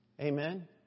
Amen